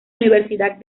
universidad